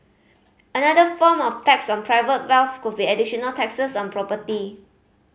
another form of tax on private wealth could be additional taxes on property